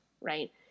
right